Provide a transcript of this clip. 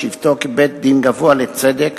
בשבתו כבית-דין גבוה לצדק,